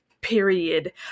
period